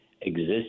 exist